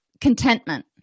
contentment